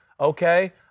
okay